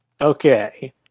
Okay